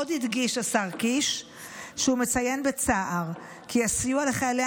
עוד הדגיש השר קיש שהוא מציין בצער כי הסיוע לחיילי